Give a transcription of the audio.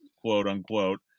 quote-unquote